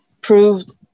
Proved